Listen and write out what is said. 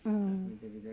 mm